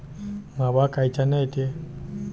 मावा कायच्यानं येते?